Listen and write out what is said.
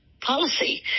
policy